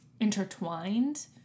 intertwined